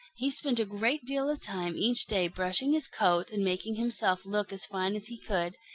he spent a great deal of time each day brushing his coat and making himself look as fine as he could,